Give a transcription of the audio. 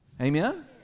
Amen